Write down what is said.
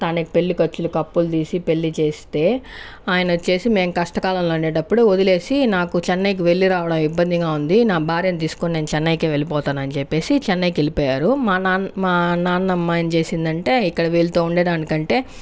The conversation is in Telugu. తనకి పెళ్లి ఖర్చులకి అప్పులు తీసి పెళ్లి చేస్తే ఆయనొచ్చేసి మేము కష్టకాలంలో ఉండేటప్పుడు వదిలేసి నాకు చెన్నైకి వెళ్లి రావడానికి ఇబ్బందిగా ఉంది నా భార్యను తీసుకుని నేను చెన్నైకి వెళ్ళిపోపోతానని చెప్పేసి చెన్నైకి వెళ్లిపోయారు మా నాన్న మా నానమ్మ ఏం చేసిందంటే ఇక్కడ వీళ్ళతో ఉండడానికంటే